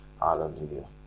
hallelujah